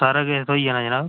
सारा किश थ्होई जाना जनाब